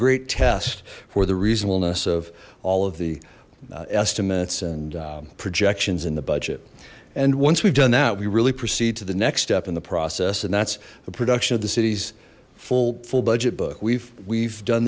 great test for the reasonableness of all of the estimates and projections in the budget and once we've done that we really proceed to the next step in the process and that's a production of the city's full full budget book we've we've done